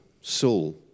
soul